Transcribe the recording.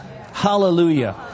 Hallelujah